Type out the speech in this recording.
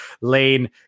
lane